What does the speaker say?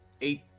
Eight